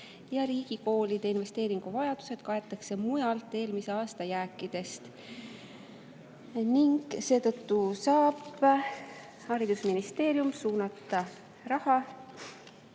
riigikoolide investeeringuvajadused kaetakse [muudmoodi], eelmise aasta jääkidest, ja seetõttu saab haridusministeerium suunata raha